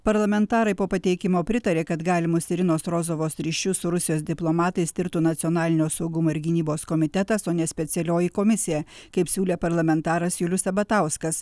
parlamentarai po pateikimo pritarė kad galimos irinos rozovos ryšių su rusijos diplomatais tirtų nacionalinio saugumo ir gynybos komitetas o ne specialioji komisija kaip siūlė parlamentaras julius sabatauskas